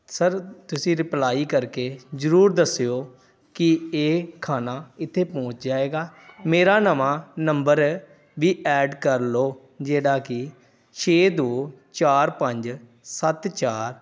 sir ਤੁਸੀਂ reply ਕਰਕੇ ਜ਼ਰੂਰ ਦੱਸਿਓ ਕਿ ਇਹ ਖਾਣਾ ਇੱਥੇ ਪਹੁੰਚ ਜਾਵੇਗਾ ਮੇਰਾ ਨਵਾਂ ਨੰਬਰ ਵੀ ਐਡ ਕਰ ਲਓ ਜਿਹੜਾ ਕਿ ਛੇ ਦੋ ਚਾਰ ਪੰਜ ਸੱਤ ਚਾਰ